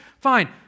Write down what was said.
Fine